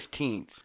15th